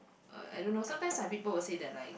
uh I don't know sometimes like people will say that like